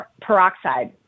peroxide